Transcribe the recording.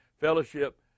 fellowship